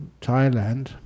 Thailand